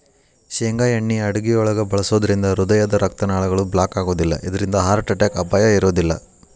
ಶೇಂಗಾ ಎಣ್ಣೆ ಅಡುಗಿಯೊಳಗ ಬಳಸೋದ್ರಿಂದ ಹೃದಯದ ರಕ್ತನಾಳಗಳು ಬ್ಲಾಕ್ ಆಗೋದಿಲ್ಲ ಇದ್ರಿಂದ ಹಾರ್ಟ್ ಅಟ್ಯಾಕ್ ಅಪಾಯ ಇರೋದಿಲ್ಲ